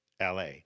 LA